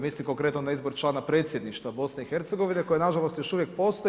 Mislim konkretno na izbor člana predsjedništva BIH koje nažalost još uvijek postoji.